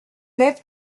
lève